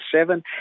seven